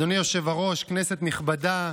אדוני היושב-ראש, כנסת נכבדה,